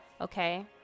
okay